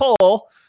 poll